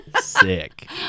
Sick